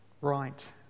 Right